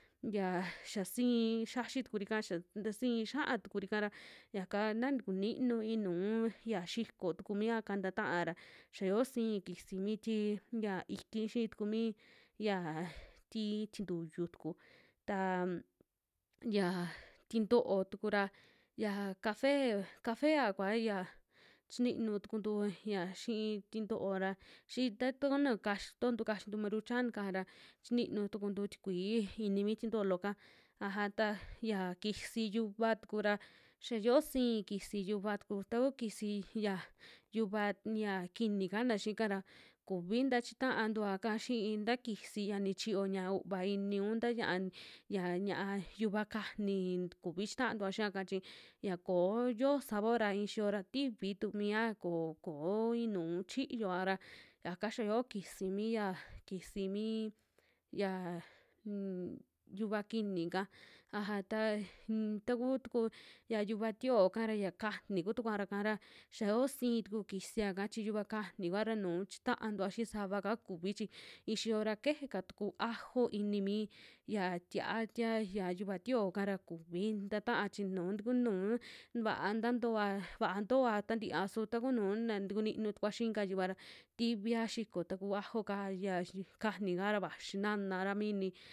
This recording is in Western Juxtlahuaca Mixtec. Yia ya sii xiaxi tukuri'ka xa tasii xia'a tukuri'ka ra yaka na tukuninu inuu yia xiko tuku miaka ntaa ta'a ra, xia yoo sii kisi ki ti ya iki, xii tuku mi yaa ti tintuyu tuku tam, xia tinto'o tuku ra xia cafe, cafea kua yia chinu tukuntu ya xi'i tinto'o ra, xii ta takunio kax tontu kaxintu maruchan'ka ra chinu tukuntu tikuii ini mi tinto'o looka, aja ta yia kisi yuva tukura xia yo'o sii kisi yuva tuku, taku kisi ya yuva ya kini kana xiika ra kuvi tachi taantuaka xii i'i nta kisi ya ni chiyo ña uuva ini un nta ñia'a xia, ña'a yuva kajni kuvi chitaantua xiaka chi ya koo yoo sabor'a ixiyo ra tiivi tu mia ko, ko iinu chiyoa ra, yaka yia yo'o kisi miya, kisi mii ya unn yuva kini'ka, aja ta un taku tuku yia yuva tio'oka ra ya kajni kutukua ra ka ra, xia yoo sii tuku kisia'ka chi yuva kajni kua ra nuu chitaantua xii savaka kuvi chi, i'i xiyo ra kejeka tuku ajo ini mi tia'a tie ya yuva tio'o'ka ra kuvi nta ta'a chi nuu, ku nuu vaa ntatoa, vaa ntoa tantiia su taku nuu na tukuni tukua xi'i inka yuva ra tivia xiko taku ajo'ka ya kajnika vaxi na'anara mi ini.